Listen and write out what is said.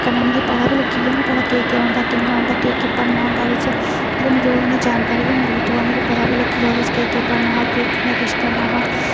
कन्नै मिगी पता बी लग्गी गेआ निं भला केह् केह् होंदा कि'यां होंदा केह् केह् भरना होंदा बिच्च इक ते मिगी ओहदे कन्नै जानकारी बी मिली दूआ मिगी पता बी लग्गी गेआ ओहदे च केह् केह् भरना हा केह् कि'यां किश करना हा